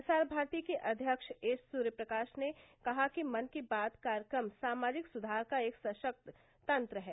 प्रसार भारती के अध्यक्ष ए सूर्य प्रकाश ने कहा कि मन की बात कार्यक्रम सामाजिक सुधार का एक सशक्त तंत्र है